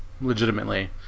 legitimately